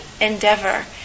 endeavor